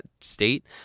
state